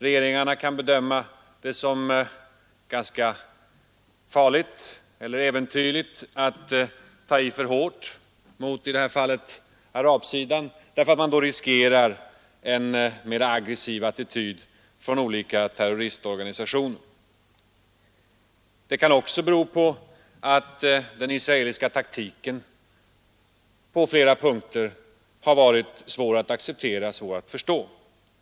Regeringarna kan bedöma det som ganska farligt eller äventyrligt att ta i för hårt mot arabsidan därför att man då riskerar en mera aggressiv attityd från olika terroristorganisationer. Det kan också bero på att den israeliska taktiken på flera punkter har varit svår att acceptera och svår att förstå.